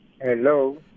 Hello